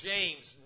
James